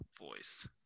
voice